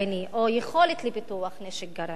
או יכולת לפיתוח נשק גרעיני,